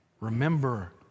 Remember